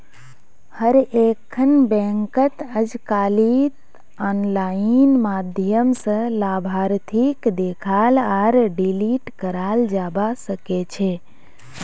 हर एकखन बैंकत अजकालित आनलाइन माध्यम स लाभार्थीक देखाल आर डिलीट कराल जाबा सकेछे